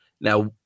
Now